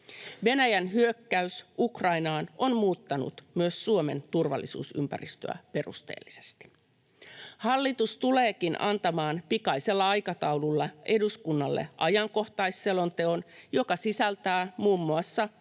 Venäjän hyökkäys Ukrainaan on muuttanut myös Suomen turvallisuusympäristöä perusteellisesti. Hallitus tuleekin antamaan pikaisella aikataululla eduskunnalle ajankohtaisselonteon, joka sisältää muun muassa